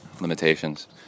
limitations